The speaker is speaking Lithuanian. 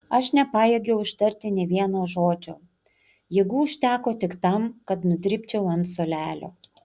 aš nepajėgiau ištarti nė vieno žodžio jėgų užteko tik tam kad nudribčiau ant suolelio